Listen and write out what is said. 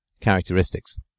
characteristics